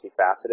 multifaceted